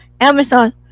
Amazon